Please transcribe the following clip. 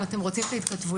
אם אתם רוצים את ההתכתבויות,